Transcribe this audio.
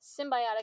symbiotic